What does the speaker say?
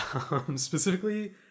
specifically